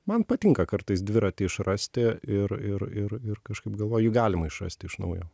man patinka kartais dviratį išrasti ir ir ir ir kažkaip galvoju jį galima išrasti iš naujo